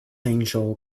angel